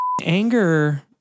anger